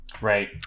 right